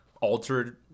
altered